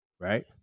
right